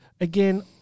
Again